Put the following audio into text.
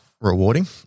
rewarding